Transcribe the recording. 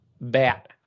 Bat